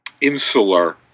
insular